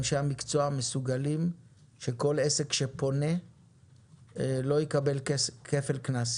אנשי המקצוע מסוגלים שכל עסק שפונה לא יקבל כפל קנס.